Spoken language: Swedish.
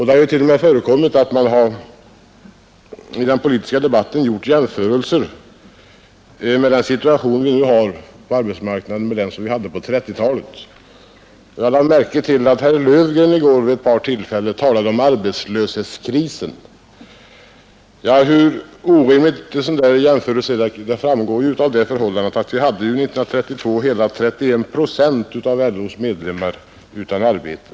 Det har t.o.m. förekommit att man i den politiska debatten jämfört dagens situation på arbetsmarknaden med 1930-talets; jag lade för övrigt märke till att herr Löfgren i går vid ett par tillfällen talade om arbetslöshetskrisen. Hur orimlig en sådan jämförelse är framgår av det förhållandet att det 1932 var hela 31 procent av LO:s medlemmar som stod utan arbete.